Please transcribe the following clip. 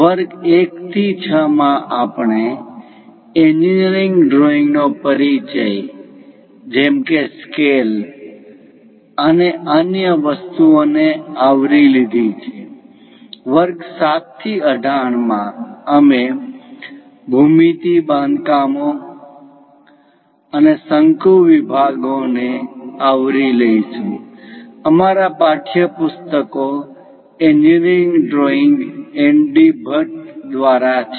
વર્ગ ૧ થી 6 માં આપણે એન્જીનિયરિંગ ડ્રોઇંગનો પરિચય જેમ કે સ્કેલ અને અન્ય વસ્તુઓ ને આવરી લીધી છે વર્ગ 7 થી 18 માં અમે ભૂમિતિ બાંધકામો ભૌમિતિક રચના geometry constructions અને શંકુ વિભાગોને કોનિક વિભાગ conic sections આવરી લઈશું અમારા પાઠયપુસ્તકો engineering drawing N D Bhatt દ્વારા છે